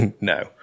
No